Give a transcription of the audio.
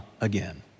again